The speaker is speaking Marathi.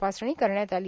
तपासणी करण्यात आली